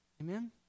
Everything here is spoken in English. Amen